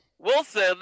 Wilson